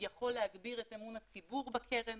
שיכול להגביר את אמון הציבור בקרן